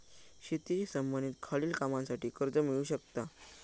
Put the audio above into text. शेतीशी संबंधित खालील कामांसाठी कर्ज मिळू शकता